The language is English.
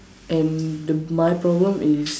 and the my problem is